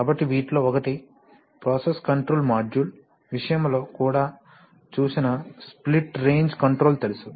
కాబట్టి వీటిలో ఒకటి ప్రాసెస్ కంట్రోల్ మాడ్యూల్ విషయంలో కూడా చూసిన స్ప్లిట్ రేంజ్ కంట్రోల్ తెలుసు